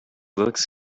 looks